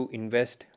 invest